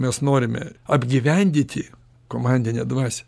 mes norime apgyvendyti komandinę dvasią